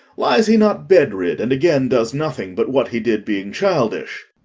lies he not bed-rid? and again does nothing but what he did being childish?